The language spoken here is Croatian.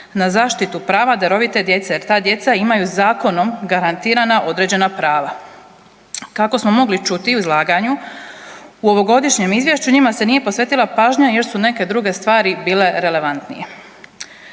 na zaštitu prava darovite djece, jer ta djeca imaju zakonom garantirana određena prava. Kako smo mogli čuti u izlaganju u ovogodišnjem izvješću njima se nije posvetila pažnja jer su neke druge stvari bile relevantnije,